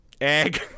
Egg